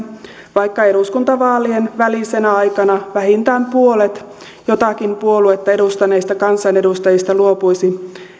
vaikka eduskuntavaalien välisenä aikana vähintään puolet jotakin puoluetta edustaneista kansanedustajista luopuisi